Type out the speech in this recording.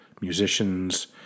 musician's